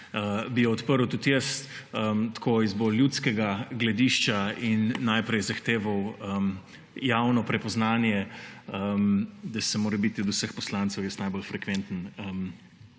Bi jo odprl tudi jaz tako iz bolj ljudskega gledišča in najprej zahteval javno prepoznanje, da sem morebiti od vseh poslancev jaz najbolj frekventen